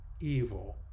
evil